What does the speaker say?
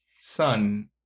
son